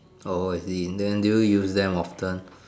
oh I see then do you use them often